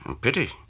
Pity